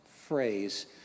phrase